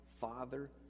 Father